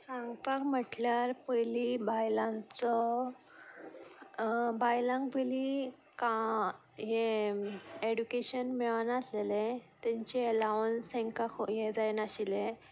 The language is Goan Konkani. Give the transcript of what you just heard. सांगपाक म्हटल्यार पयलीं बायलांचो बायलांक पयलीं का हें एडुकेशन मेळनासलेलें तेंचे एलावन्स तेंकां हे जायनाशिल्ले